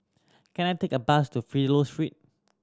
can I take a bus to Fidelio Street